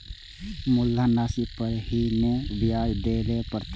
मुलधन राशि पर ही नै ब्याज दै लै परतें ने?